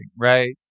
right